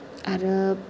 आरो